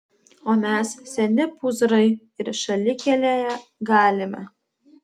o mes seni pūzrai ir šalikelėje galime